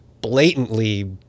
blatantly